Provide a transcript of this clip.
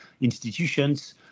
institutions